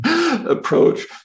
approach